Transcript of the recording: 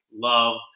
love